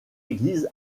église